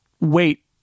wait